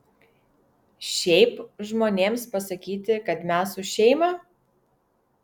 šiaip žmonėms pasakyti kad mes už šeimą